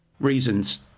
reasons